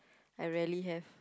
I rarely have